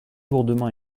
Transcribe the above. lourdement